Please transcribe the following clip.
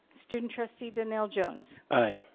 student trustee donnell jones? aye.